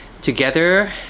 together